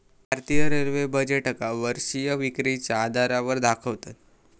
भारतीय रेल्वे बजेटका वर्षीय विक्रीच्या आधारावर दाखवतत